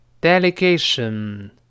delegation